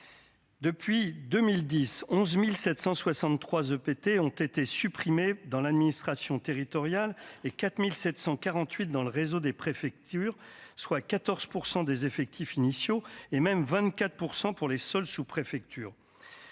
Depuis 2010, 11763 OPT ont été supprimés dans l'administration territoriale et 4748 dans le réseau des préfectures, soit 14 % des effectifs initiaux et même 24 % pour les seuls sous-préfecture,